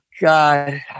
God